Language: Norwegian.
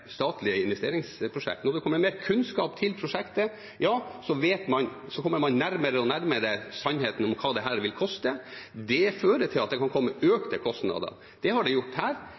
statlige investeringsprosjekter – til prosjektet, så kommer man nærmere og nærmere sannheten om hva det vil koste. Det fører til at det kan komme økte kostnader. Det har det gjort her,